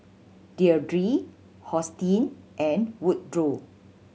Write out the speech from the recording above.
Deirdre Hosteen and Woodroe